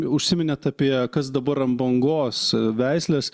užsiminėt apie kas dabar ant bangos veislės